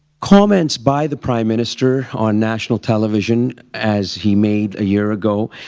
comments by the prime minister on national television as he made a year ago,